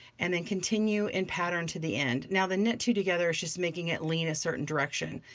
and then continue in pattern to the end. now the knit two together is just making it lean a certain direction,